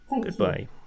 goodbye